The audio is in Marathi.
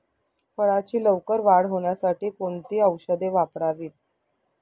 फळाची लवकर वाढ होण्यासाठी कोणती औषधे वापरावीत?